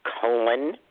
colon